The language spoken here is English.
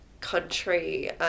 country